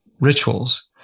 rituals